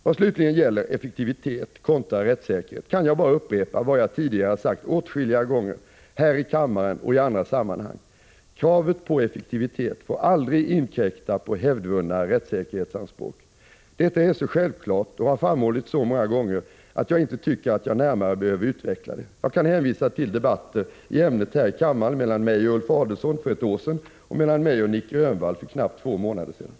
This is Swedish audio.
Vad slutligen gäller effektivitet kontra rättssäkerhet kan jag bara upprepa vad jag tidigare sagt åtskilliga gånger, här i kammaren och i andra sammanhang: Kravet på effektivitet får aldrig inkräkta på hävdvunna rättssäkerhetsanspråk. Detta är så självklart och har framhållits så många gånger att jag inte tycker att jag närmare behöver utveckla det. Jag kan hänvisa till debatter i ämnet här i kammaren mellan mig och Ulf Adelsohn för ett år sedan och mellan mig och Nic Grönvall för knappt två månader sedan.